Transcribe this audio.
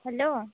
hello